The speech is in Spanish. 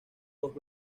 dos